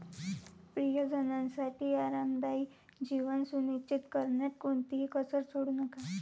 प्रियजनांसाठी आरामदायी जीवन सुनिश्चित करण्यात कोणतीही कसर सोडू नका